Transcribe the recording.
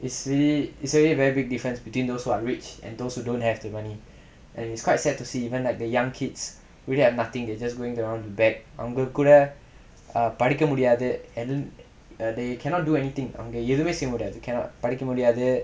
it's really it's really very big difference between those who are rich and those who don't have the money and it's quite sad to see even like the young kids will have nothing they just going around beg அவங்க கூட படிக்க முடியாது:avanga kooda padikka mudiyathu err they cannot do anything அவங்க எதுமே செய்ய முடியாது:avanga ethumae seyya mudiyathu cannot படிக்க முடியாது:padikka mudiyathu